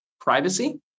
privacy